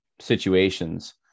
situations